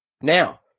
Now